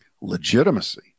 legitimacy